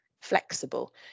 flexible